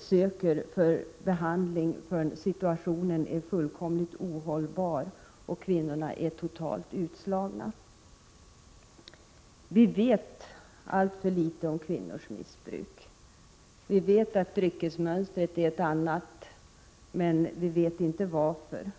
söker inte gärna behandling förrän situationen är fullkomligt ohållbar och de är totalt utslagna. Vi vet alltför litet om kvinnors missbruk. Dryckesmönstret hos kvinnorna är ett annat än hos männen, men vi vet inte varför.